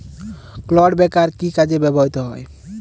Clod breaker কি কাজে ব্যবহৃত হয়?